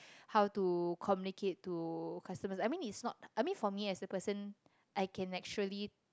how to communicate to customers I mean is not I for me as a person I can actually